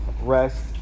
rest